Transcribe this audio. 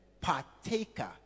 partaker